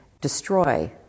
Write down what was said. destroy